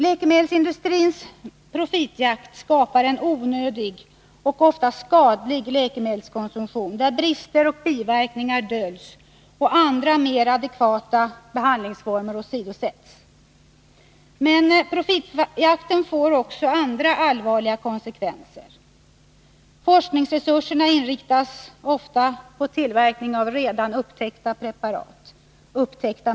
Läkemedelsindustrins profitjakt skapar en onödig och ofta skadlig läkemedelskonsumtion, där brister och biverkningar döljs och andra, mer adekvata behandlingsformer åsidosätts. Men profitjakten får också andra allvarliga konsekvenser: forskningsresurserna inriktas ofta på tillverkning av redan ”upptäckta” medel.